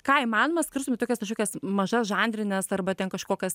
ką įmanoma skristom į tokias kažkokias mažas žanrines arba ten kažkokias